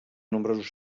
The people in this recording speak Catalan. nombrosos